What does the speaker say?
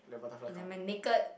in uh my naked